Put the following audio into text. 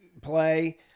play